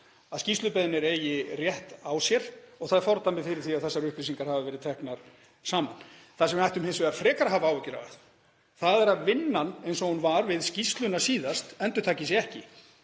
að skýrslubeiðnir eigi rétt á sér og það er fordæmi fyrir því að þessar upplýsingar hafi verið teknar saman. Það sem við ættum hins vegar frekar að hafa áhyggjur af er að vinnan eins og hún var við skýrsluna síðast endurtaki sig ekki,